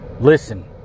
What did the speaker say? Listen